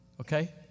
okay